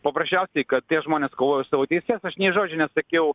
paprasčiausiai kad tie žmonės kovoja už savo teises aš nė žodžio nesakiau